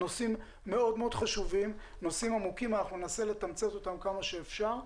נושאים חשובים ועמוקים וננסה לתמצת אותם ככל האפשר.